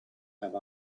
have